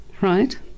right